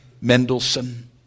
Mendelssohn